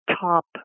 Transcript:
top